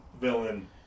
villain